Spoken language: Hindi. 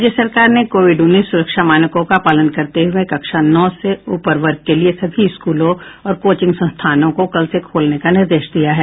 राज्य सरकार ने कोविड उन्नीस सुरक्षा मानकों का पालन करते हुए कक्षा नौ से ऊपर वर्ग के लिए सभी स्कूलों और कोचिंग संस्थानों को कल से खोलने का निर्देश दिया है